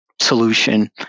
solution